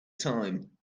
time